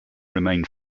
remain